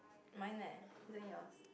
mine eh isn't it yours